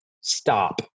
stop